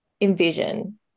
envision